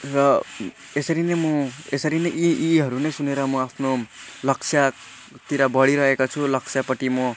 र यसरी नै म यसरी नै यी यीहरू नै सुनेर म आफ्नो लक्ष्यतिर बढिरहेको छु लक्ष्यपट्टि म